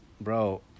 bro